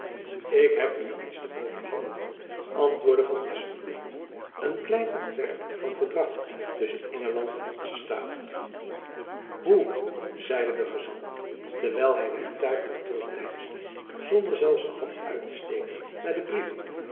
ik heb u iets te overhandigen antwoordde van espenblad een klein ontwerp van verdrag tusschen engeland en onzen staat hoe zeide de gezant terwijl hy werktuigelijk terugdeinsde zonder zelfs de hand uit te steken naar de brieven